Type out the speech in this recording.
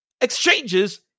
exchanges